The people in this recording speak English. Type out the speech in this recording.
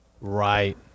Right